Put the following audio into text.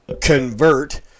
convert